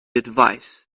advice